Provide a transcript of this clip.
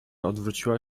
odwróciła